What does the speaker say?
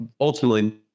ultimately